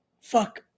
fuck